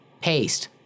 paste